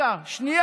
אוי, נו,